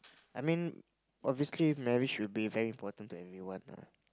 I mean obviously marriage should be important to everyone lah